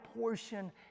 portion